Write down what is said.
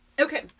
Okay